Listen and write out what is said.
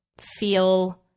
feel